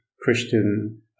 Christian